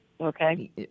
Okay